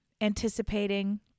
anticipating